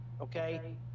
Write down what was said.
okay